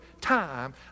time